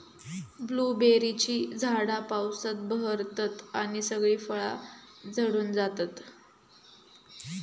ब्लूबेरीची झाडा पावसात बहरतत आणि सगळी फळा झडून जातत